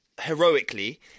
heroically